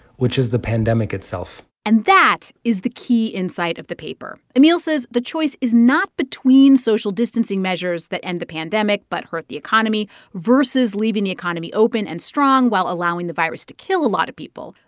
which is the pandemic itself and that is the key insight of the paper. emil says the choice is not between social distancing measures that end the pandemic but hurt the economy versus leaving the economy open and strong while allowing the virus to kill a lot of people.